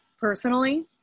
personally